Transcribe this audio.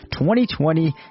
2020